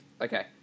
okay